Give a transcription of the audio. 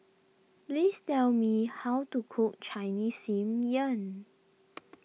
please tell me how to cook Chinese Steamed Yam